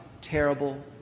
terrible